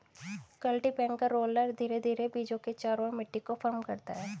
cultipacker roller धीरे धीरे बीजों के चारों ओर मिट्टी को फर्म करता है